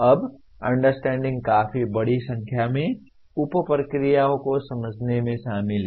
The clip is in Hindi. अब अंडरस्टैंडिंग काफी बड़ी संख्या में उप प्रक्रियाओं को समझने में शामिल है